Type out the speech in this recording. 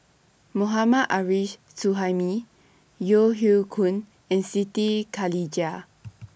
Mohammad Arif Suhaimi Yeo Hoe Koon and Siti Khalijah